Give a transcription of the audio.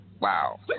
Wow